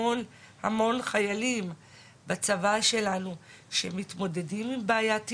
המון המון חיילים בצבא שלנו שמתמודדים עם בעיית הימורים,